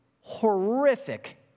Horrific